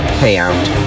payout